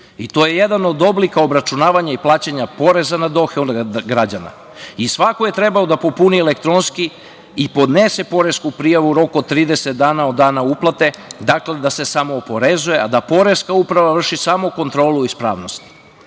i to je jedan od oblika obračunavanja i plaćanja poreza na dohodak građana i svako je trebao da popuni elektronski i da podnese poresku prijavu u roku od 30 dana od dana uplate da se samooporezuje, a da Poreska uprava vrši samo kontrolu ispravnosti. Porez